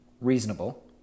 reasonable